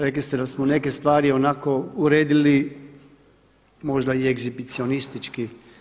Rekli ste da smo neke stvari onako uredili možda i egzibicionistički.